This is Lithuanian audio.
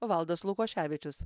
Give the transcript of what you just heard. valdas lukoševičius